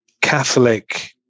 Catholic